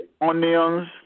onions